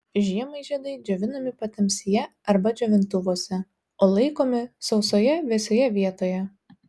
žiemai žiedai džiovinami patamsyje arba džiovintuvuose o laikomi sausoje vėsioje vietoje